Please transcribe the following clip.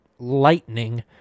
Lightning